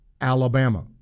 Alabama